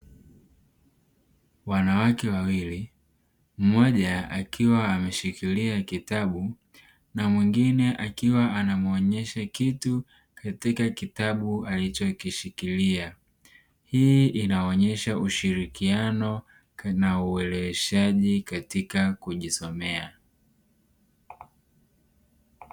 Wanawake wawili, mmoja akiwa ameshikilia kitabu na mwingine akiwa anamuonyesha kitu katika kitabu alichokishikilia. Hii inaonyesha ushirikiano na ueleweshaji katika kujisomea.